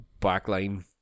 Backline